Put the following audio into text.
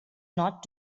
not